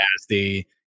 nasty